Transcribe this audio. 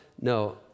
No